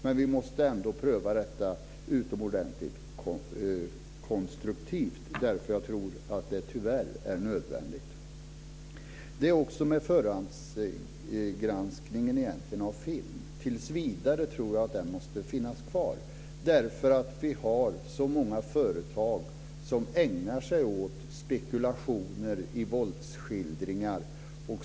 Men vi måste ändå pröva detta utomordentligt konstruktivt, därför att jag tror att det tyvärr är nödvändigt. Det är egentligen samma sak med förhandsgranskningen av film. Tills vidare tror jag att den måste finnas kvar, därför att vi har så många företag som ägnar sig åt spekulationer i våldsskildringar.